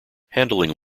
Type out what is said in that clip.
handling